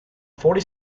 forty